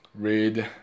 read